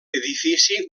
edifici